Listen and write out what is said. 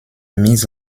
mis